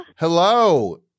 Hello